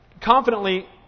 confidently